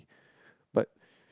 but